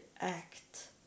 act